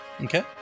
Okay